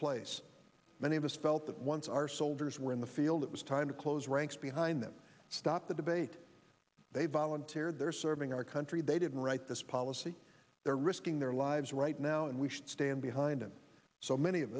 place many of us felt that once our soldiers were in the field it was time to close ranks behind them stop the debate they volunteered they're serving our country they didn't write this policy they're risking their lives right now and we should stand behind them so many of